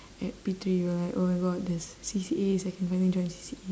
at P three you are like oh my god there's C_C_As I can finally join C_C_A